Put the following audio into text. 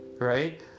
right